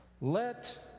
Let